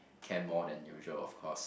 care more than usual of course